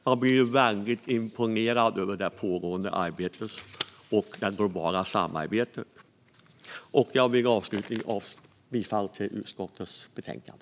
Man blir väldigt imponerad av det pågående arbetet och det globala samarbetet. Jag vill avsluta med att yrka bifall till utskottets förslag.